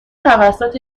توسط